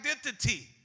identity